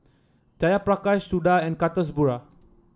Jayaprakash Suda and Kasturba